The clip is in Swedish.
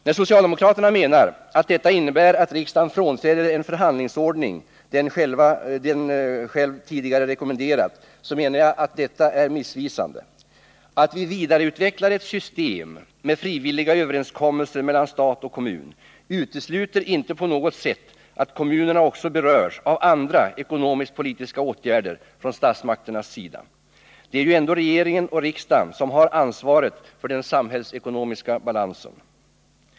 När socialdemokraterna menar att detta innebär att riksdagen frånträder en förhandlingsordning som den själv tidigare rekommenderat, menar jag att detta är missvisande. Att vi vidareutvecklar ett system med frivilliga överenskommelser mellan stat och kommun utesluter inte på något sätt att kommunerna också berörs av andra ekonomisk-politiska åtgärder från statsmakternas sida. Det är ju ändå regeringen och riksdagen som har ansvaret för den samhällsekonomiska balansen.